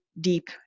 deep